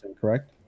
correct